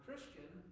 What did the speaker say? Christian